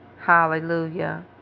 Hallelujah